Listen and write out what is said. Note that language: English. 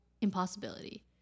impossibility